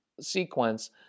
sequence